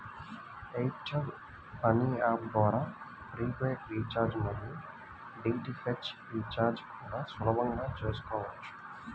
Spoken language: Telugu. ఎయిర్ టెల్ మనీ యాప్ ద్వారా ప్రీపెయిడ్ రీచార్జి మరియు డీ.టీ.హెచ్ రీచార్జి కూడా సులభంగా చేసుకోవచ్చు